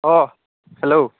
অঁ হেল্ল'